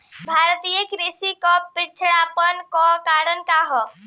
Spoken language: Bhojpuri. भारतीय कृषि क पिछड़ापन क कारण का ह?